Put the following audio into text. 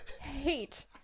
hate